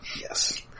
Yes